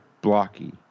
blocky